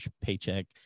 paycheck